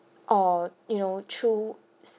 or you know through s~